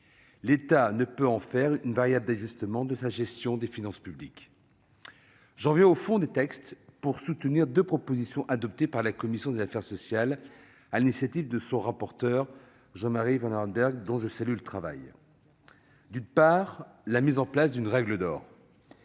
L'État ne peut en faire une variable d'ajustement de sa gestion des finances publiques. J'en viens au fond des textes pour soutenir deux propositions adoptées par la commission des affaires sociales, sur l'initiative de son rapporteur Jean-Marie Vanlerenberghe, dont je salue le travail. En premier lieu, j'approuve la mise en place d'une règle d'or.